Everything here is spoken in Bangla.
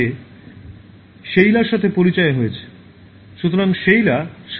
সুতরাং শেইলার সাথে পরিচয়টা ভালো লেগেছে